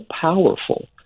powerful